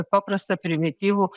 paprastą primityvų